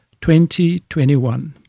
2021